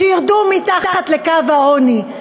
שירדו מתחת לקו העוני?